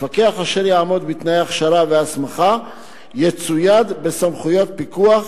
מפקח אשר יעמוד בתנאי ההכשרה וההסמכה יצויד בסמכויות פיקוח,